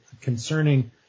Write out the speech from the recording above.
concerning